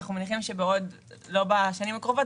אנחנו מניחים שאולי לא בשנים הקרובות,